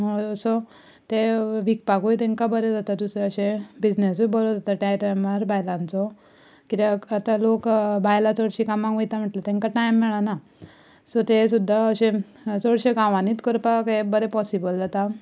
so तें विकपाकूय तेंका बरें जाता दुसरें अशें बिझनसूय बरो जाता त्या टायमार बायलांचो कित्याक आतां लोक बायलां चडशीं कामांक वयता म्हणल्यार तेंकां टायम मेळना सो ते सुद्दां अशे चडशे गांवांनीच करपाक हें बरें पोसिबल जाता